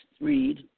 read